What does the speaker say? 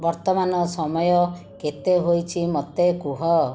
ବର୍ତ୍ତମାନ ସମୟ କେତେ ହୋଇଛି ମୋତେ କୁହ